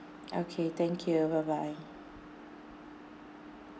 okay thank you bye bye